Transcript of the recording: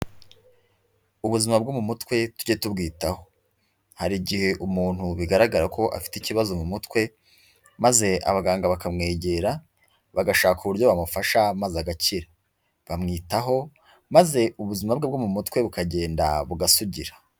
Ubuzima bwo mu mutwe tujye tubwitaho, hari igihe umuntu bigaragara ko afite ikibazo mu mutwe, maze abaganga bakamwegera, bagashaka uburyo bamufasha maze agakira. Bamwitaho maze ubuzima bwe bwo mu mutwe bukagenda bugasugira.